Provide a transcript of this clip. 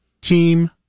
team